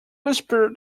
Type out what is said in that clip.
whisper